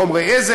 בחומרי עזר,